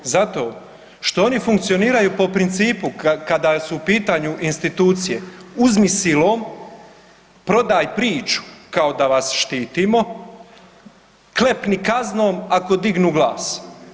Zato što oni funkcioniraju po principu kada su u pitanju institucije, uzmi silom, prodaj priču, kao da vas štitimo, klepni kaznom ako dignu glas.